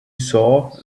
saw